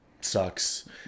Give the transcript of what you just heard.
sucks